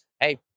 hey